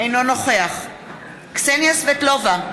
אינו נוכח קסניה סבטלובה,